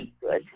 good